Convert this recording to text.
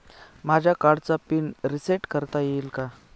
माझ्या कार्डचा pin reset करता येईल का?